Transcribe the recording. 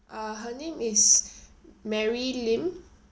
uh her name is mary lim